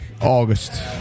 August